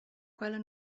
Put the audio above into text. quella